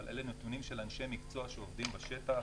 אבל אלה נתונים של אנשי מקצוע שעובדים בשטח,